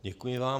Děkuji vám.